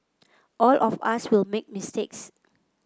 all of us will make mistakes